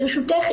ברשותך,